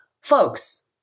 folks